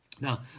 Now